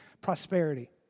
prosperity